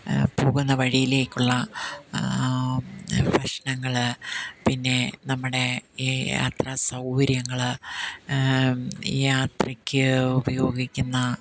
പോകുന്ന വഴിയിലേക്കുള്ള ഭക്ഷണങ്ങൾ പിന്നെ നമ്മുടെ ഈ യാത്രാ സൗകര്യങ്ങൾ ഈ യാത്രയ്ക്ക് ഉപയോഗിക്കുന്ന